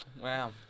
Wow